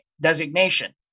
designation